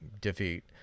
defeat